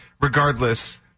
regardless